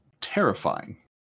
terrifying